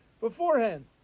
beforehand